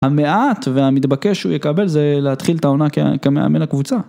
המעט והמתבקש שהוא יקבל זה להתחיל את העונה כמאמן הקבוצה.